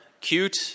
cute